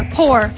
poor